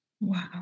Wow